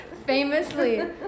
Famously